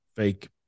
fake